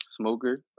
smoker